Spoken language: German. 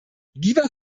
lieber